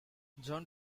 john